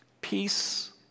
Peace